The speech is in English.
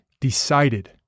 decided